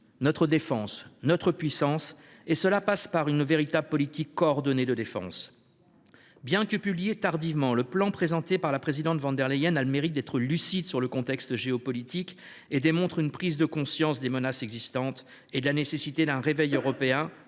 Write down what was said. notre défense, notre puissance, et cela passe par une véritable politique coordonnée de défense. Bien qu’il ait été publié tardivement, le plan présenté par la présidente von der Leyen a le mérite d’être lucide sur le contexte géopolitique et démontre une prise de conscience des menaces existantes et de la nécessité d’un réveil européen